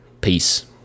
Peace